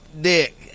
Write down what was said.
dick